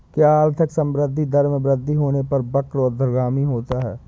क्या आर्थिक संवृद्धि दर में वृद्धि होने पर वक्र ऊर्ध्वगामी होता है?